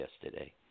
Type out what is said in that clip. yesterday